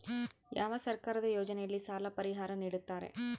ಯಾವ ಸರ್ಕಾರದ ಯೋಜನೆಯಲ್ಲಿ ಸಾಲ ಪರಿಹಾರ ನೇಡುತ್ತಾರೆ?